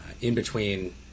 in-between